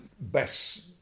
best